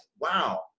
wow